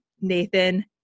Nathan